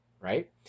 right